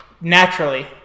Naturally